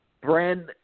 brand